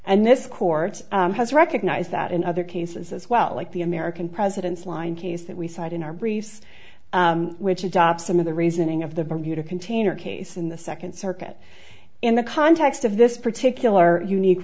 and this court has recognized that in other cases as well like the american presidents line case that we cite in our brief which adopt some of the reasoning of the bermuda container case in the second circuit in the context of this particular unique